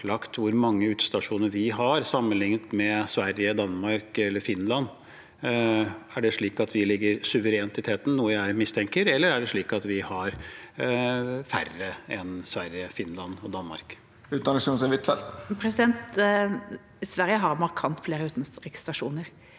hvor mange utestasjoner vi har, sammenlignet med Sverige, Danmark eller Finland. Er det slik at vi ligger suverent i teten, noe jeg mistenker, eller er det slik at vi har færre enn Sverige, Finland og Danmark? Utenriksminister Anniken Huitfeldt Sverige har markant flere utenriksstasjoner